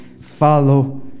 follow